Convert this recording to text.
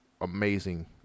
amazing